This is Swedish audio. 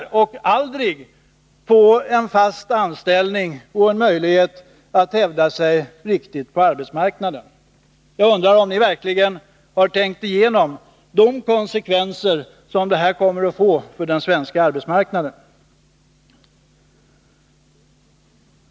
De kanske aldrig får en fast anställning med möjlighet att hävda sig på arbetsmarknaden. Jag undrar om ni verkligen har tänkt igenom vilka konsekvenser detta kan få på den svenska arbetsmarknaden.